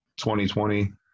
2020